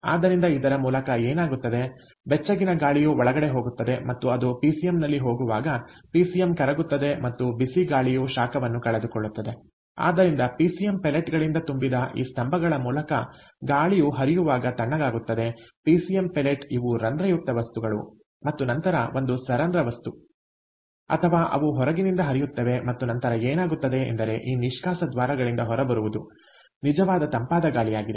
ಆದ್ದರಿಂದ ಇದರ ಮೂಲಕ ಏನಾಗುತ್ತದೆ ಬೆಚ್ಚಗಿನ ಗಾಳಿಯು ಒಳಗೆ ಹೋಗುತ್ತದೆ ಮತ್ತು ಅದು ಪಿಸಿಎಂನಲ್ಲಿ ಹೋಗುವಾಗ ಪಿಸಿಎಂ ಕರಗುತ್ತದೆ ಮತ್ತು ಬಿಸಿ ಗಾಳಿಯು ಶಾಖವನ್ನು ಕಳೆದುಕೊಳ್ಳುತ್ತದೆ ಆದ್ದರಿಂದ ಪಿಸಿಎಂ ಪೆಲೆಟ್ಗಳಿಂದ ತುಂಬಿದ ಈ ಸ್ತಂಭಗಳ ಮೂಲಕ ಗಾಳಿಯ ಹರಿಯುವಾಗ ತಣ್ಣಗಾಗುತ್ತದೆ ಪಿಸಿಎಂ ಪೆಲೆಟ್ ಇವು ರಂಧ್ರಯುಕ್ತ ವಸ್ತುಗಳು ಮತ್ತು ನಂತರ ಒಂದು ಸರಂಧ್ರ ವಸ್ತು ಅಥವಾ ಅವು ಹೊರಗಿನಿಂದ ಹರಿಯುತ್ತವೆ ಮತ್ತು ನಂತರ ಏನಾಗುತ್ತದೆ ಎಂದರೆ ಈ ನಿಷ್ಕಾಸ ದ್ವಾರಗಳಿಂದ ಹೊರಬರುವುದು ನಿಜವಾಗಿ ತಂಪಾದ ಗಾಳಿಯಾಗಿದೆ